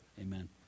Amen